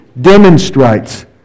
demonstrates